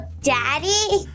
Daddy